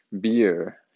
beer